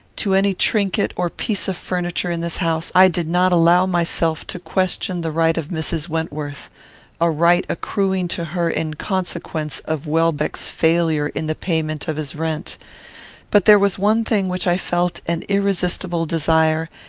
to any trinket or piece of furniture in this house i did not allow myself to question the right of mrs. wentworth a right accruing to her in consequence of welbeck's failure in the payment of his rent but there was one thing which i felt an irresistible desire,